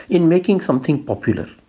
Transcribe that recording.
in making something popular.